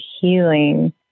healing